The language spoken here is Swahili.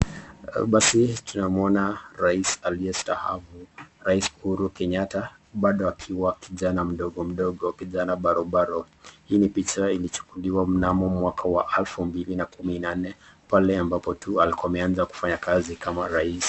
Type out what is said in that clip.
Basi tunamuona raisi aliyestaafu Rais Uhuru Kenyetta, bado akiwa kijana mdogo mdogo, kijana barobaro, hili picha lilichukuliwa mwaka wa, elfu mbili na kumi na nne, pale ambapo alianzia kuwa rais.